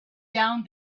down